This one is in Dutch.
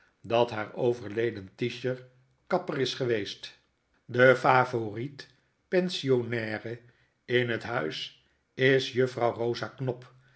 dat haar overleden tisher kapper is geweest de favoriet pensionaire in het huis is juffrouw rosa knop